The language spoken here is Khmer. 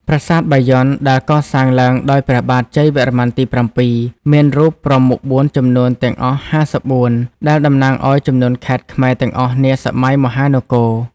ប្រាសាទបាយ័នដែលកសាងឡើងដោយព្រះបាទជ័យវរ្ម័នទី៧ មានរូបព្រហ្មមុខបួនចំនួនទាំងអស់ ៥៤ ដែលតំណាងអោយចំនួនខេត្តខ្មែរទាំងអស់នាសម័យមហានគរ ។